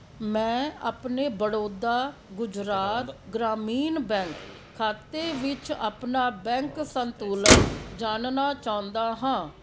ਮੈਂ ਆਪਣੇ ਬੜੌਦਾ ਗੁਜਰਾਤ ਗ੍ਰਾਮੀਣ ਬੈਂਕ ਖਾਤੇ ਵਿੱਚ ਆਪਣਾ ਬੈਂਕ ਸੰਤੁਲਨ ਜਾਣਨਾ ਚਾਹੁੰਦਾ ਹਾਂ